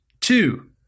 Two